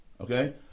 Okay